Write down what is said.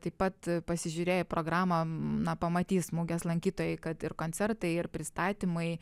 taip pat pasižiūrėję į programą na pamatys mugės lankytojai kad ir koncertai ir pristatymai